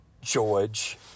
George